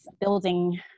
building